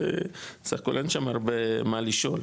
סך הכול אין שם הרבה מה לשאול,